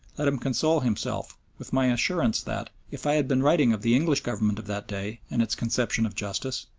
let him console himself with my assurance that, if i had been writing of the english government of that day and its conception of justice,